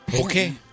Okay